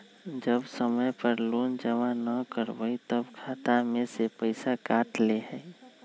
जब समय पर लोन जमा न करवई तब खाता में से पईसा काट लेहई?